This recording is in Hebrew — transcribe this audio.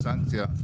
הסנקציה,